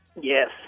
Yes